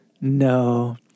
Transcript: No